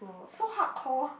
so hardcore